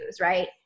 Right